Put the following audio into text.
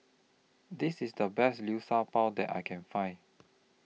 This IS The Best Liu Sha Bao that I Can Find